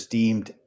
deemed